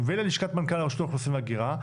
וללשכת מנכ"ל רשות האוכלוסין וההגירה,